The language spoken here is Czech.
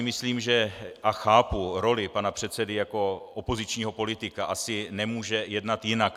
Myslím si a chápu roli pana předsedy jako opozičního politika, asi nemůže jednat jinak.